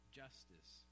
justice